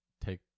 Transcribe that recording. take